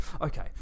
Okay